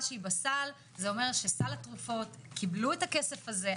זה אומר שסל התרופות קיבלו את הכסף הזה.